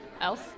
else